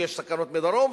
ויש סכנות בדרום,